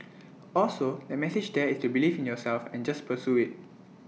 also the message there is to believe in yourself and just pursue IT